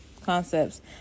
concepts